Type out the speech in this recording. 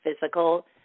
physical